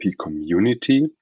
community